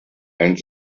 and